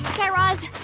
guy raz,